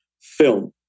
film